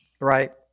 Right